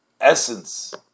essence